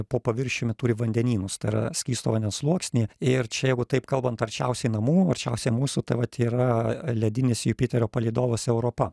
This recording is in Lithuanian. po paviršiumi turi vandenynus tai yra skysto vandens sluoksnį ir čia jeigu taip kalbant arčiausiai namų arčiausiai mūsų tai vat yra ledinis jupiterio palydovas europa